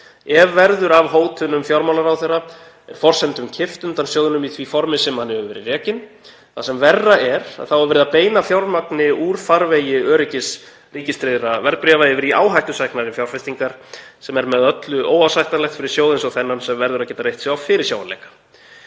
Ef verður af hótunum fjármálaráðherra er forsendum kippt undan sjóðnum í því formi sem hann hefur verið rekinn. Það sem verra er, þá er verið að beina fjármagni úr farvegi öryggis ríkistryggðra verðbréfa yfir í áhættusæknari fjárfestingar, sem er með öllu óásættanlegt fyrir sjóð eins og þennan sem verður að geta reitt sig á fyrirsjáanleika.